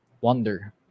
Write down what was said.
wonder